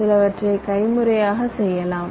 சிலவற்றை கைமுறையாக செய்யலாம்